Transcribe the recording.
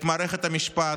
את מערכת המשפט,